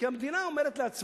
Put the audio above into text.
כי המדינה אומרת לעצמה: